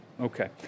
Okay